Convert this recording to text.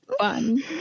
fun